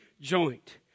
joint